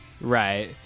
Right